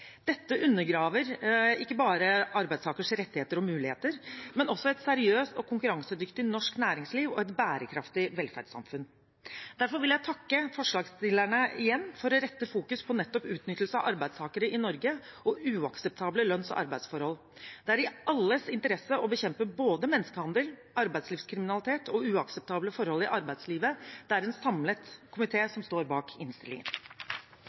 Dette undergraver ikke bare arbeidstakerens rettigheter og muligheter, men også et seriøst og konkurransedyktig norsk næringsliv og et bærekraftig velferdssamfunn. Derfor vil jeg igjen takke forslagsstillerne for å rette fokus på nettopp utnyttelse av arbeidstakere i Norge og uakseptable lønns- og arbeidsforhold. Det er i alles interesse å bekjempe både menneskehandel, arbeidslivskriminalitet og uakseptable forhold i arbeidslivet. Det er en samlet komité som står bak innstillingen.